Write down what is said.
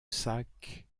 sac